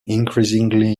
increasingly